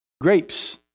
grapes